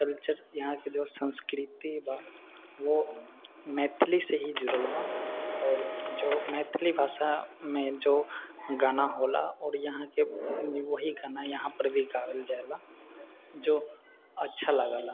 culture यहाँके जे संस्कृति बा ओ मैथिलीसँ ही जुड़ल बा आओर जे मैथिली भाषामे जे गाना होला आओर यहाँके वएह गाना यहाँपर भी गाबल जाइला जे अच्छा लागैला आओर